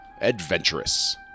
Adventurous